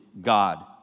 God